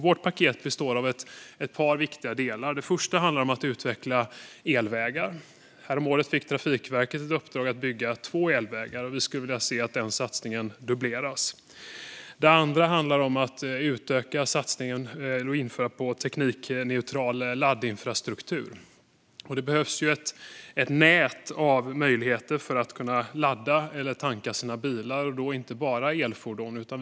Vårt paket består av ett par viktiga delar. Den första handlar om att utveckla elvägar. Häromåret fick Trafikverket i uppdrag att bygga två elvägar. Vi skulle vilja se den satsningen dubbleras. Den andra handlar om att utöka satsningen på teknikneutral laddinfrastruktur. Det behövs ett nätverk av möjligheter att ladda eller tanka bilar och då inte bara elfordon.